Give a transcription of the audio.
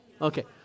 Okay